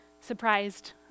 surprised